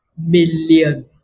million